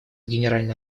генеральной